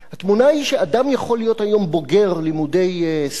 התמונה היא שאדם יכול להיות היום בוגר או מוסמך לימודי ספרות